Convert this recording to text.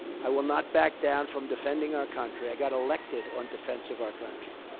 i will not back down from defending our country. i got elected on defense of our country.